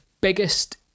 biggest